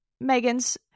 Megan's